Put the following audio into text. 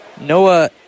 Noah